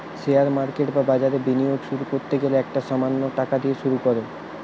share market বা বাজারে বিনিয়োগ শুরু করতে গেলে একটা সামান্য টাকা দিয়ে শুরু করো